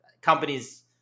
companies